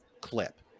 clip